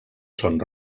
son